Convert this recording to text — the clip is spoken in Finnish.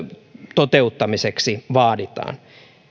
toteuttamiseksi vaaditaan